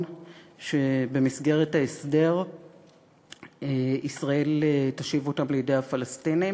שבמסגרת ההסדר ישראל תשיב אותם לידי הפלסטינים,